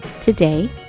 Today